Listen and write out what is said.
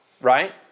right